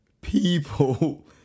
people